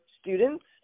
students